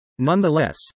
Nonetheless